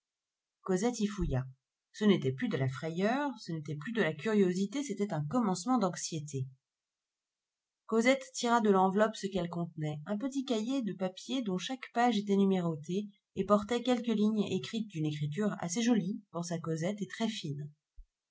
cosette y fouilla ce n'était plus de la frayeur ce n'était plus de la curiosité c'était un commencement d'anxiété cosette tira de l'enveloppe ce qu'elle contenait un petit cahier de papier dont chaque page était numérotée et portait quelques lignes écrites d'une écriture assez jolie pensa cosette et très fine